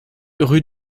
rue